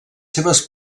seves